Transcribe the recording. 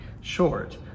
short